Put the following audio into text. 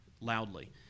loudly